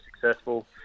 successful